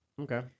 Okay